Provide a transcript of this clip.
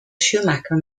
schumacher